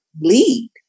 lead